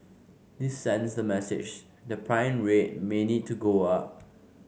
this sends the message the prime rate may need to go up